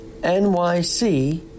NYC